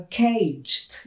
caged